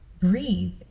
breathe